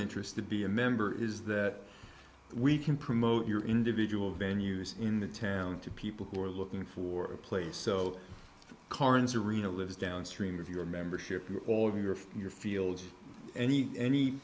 interest to be a member is that we can promote your individual venues in the town to people who are looking for a place so carnes arena lives downstream of your membership and all of your for your field or any any